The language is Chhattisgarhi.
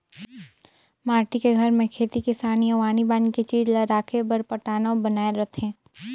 माटी के घर में खेती किसानी अउ आनी बानी के चीज ला राखे बर पटान्व बनाए रथें